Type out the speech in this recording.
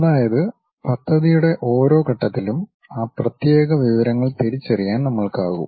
അതായത് പദ്ധതിയുടെ ഓരോ ഘട്ടത്തിലും ആ പ്രത്യേക വിവരങ്ങൾ തിരിച്ചറിയാൻ നമ്മൾക്കാകും